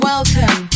Welcome